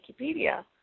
Wikipedia